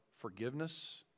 forgiveness